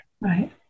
Right